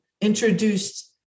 introduced